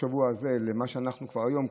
אנחנו כבר היום,